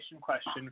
question